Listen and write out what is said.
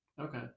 Okay